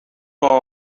بابا